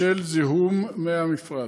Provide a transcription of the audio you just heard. בשל זיהום מי המפרץ.